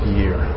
year